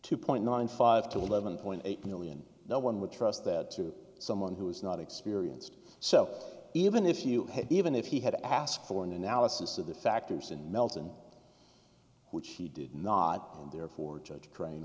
two point nine five to eleven point eight million no one would trust that to someone who is not experienced so even if you had even if he had asked for an analysis of the factors and melton which he did not and therefore judge cra